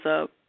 up